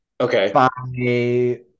Okay